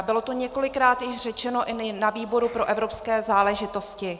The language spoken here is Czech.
Bylo to několikrát řečeno i na výboru pro evropské záležitosti.